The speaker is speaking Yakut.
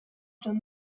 дьон